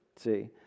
see